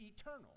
eternal